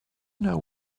know